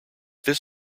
this